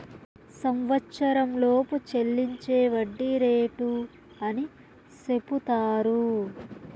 సంవచ్చరంలోపు చెల్లించే వడ్డీ రేటు అని సెపుతారు